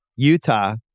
Utah